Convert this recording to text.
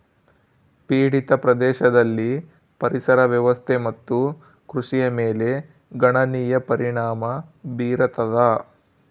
ಪೀಡಿತ ಪ್ರದೇಶದಲ್ಲಿ ಪರಿಸರ ವ್ಯವಸ್ಥೆ ಮತ್ತು ಕೃಷಿಯ ಮೇಲೆ ಗಣನೀಯ ಪರಿಣಾಮ ಬೀರತದ